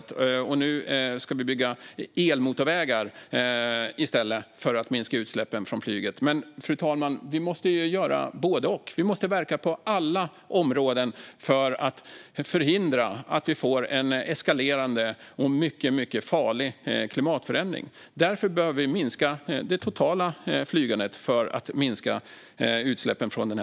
Nu ska vi tydligen bygga elmotorvägar i stället för att minska utsläppen från flyget. Men, fru talman, vi måste göra både och. Vi måste verka på alla områden för att förhindra en eskalerande och mycket farlig klimatförändring. För att minska utsläppen från denna sektor behöver vi därför minska det totala flygandet.